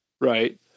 right